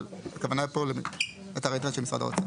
אבל הכוונה פה היא אתר האינטרנט של משרד האוצר.